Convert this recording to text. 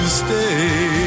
stay